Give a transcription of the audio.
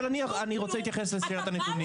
אבל אני רוצה להתייחס למסגרת הנתונים.